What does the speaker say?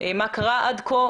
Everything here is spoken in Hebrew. מה קרה עד כה,